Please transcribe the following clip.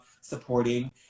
supporting